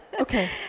Okay